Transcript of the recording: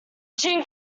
chink